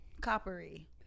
coppery